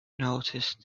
noticed